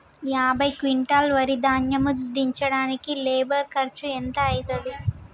యాభై క్వింటాల్ వరి ధాన్యము దించడానికి లేబర్ ఖర్చు ఎంత అయితది?